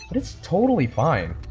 that's totally fine.